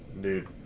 Dude